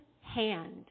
hand